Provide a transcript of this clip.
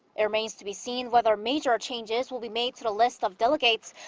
it remains to be seen whether major changes will be made to the list of delegates.